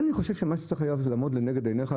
אני חושב שזה משהו שצריך לעמוד לנגד עיניך,